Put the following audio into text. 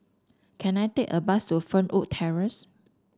can I take a bus to Fernwood Terrace